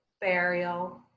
burial